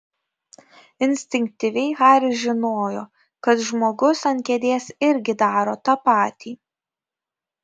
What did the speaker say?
instinktyviai haris žinojo kad žmogus ant kėdės irgi daro tą patį